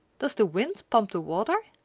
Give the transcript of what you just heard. does the wind pump the water?